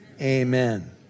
amen